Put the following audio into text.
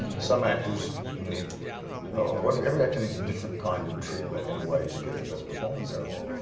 some actors need you know, every, every actor needs a different kind of treatment, in a way to get the best performance out of them.